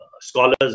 scholars